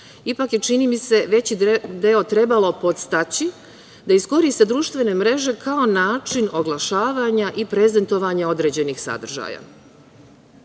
ipak je, čini mi se, veći deo trebalo podstaći da iskoriste društvene mreže kao način oglašavanja i prezentovanja određenih sadržaja.